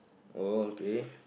oh okay